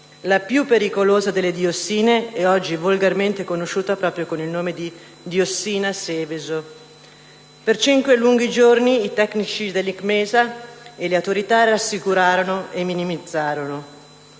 la più pericolosa delle diossine ed oggi volgarmente conosciuta proprio con il nome di «diossina Seveso». Per cinque lunghi giorni i tecnici dell'ICMESA e le autorità rassicurarono e minimizzarono.